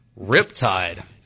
Riptide